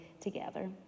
together